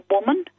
Woman